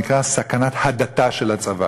שנקרא "סכנת הדתה של הצבא".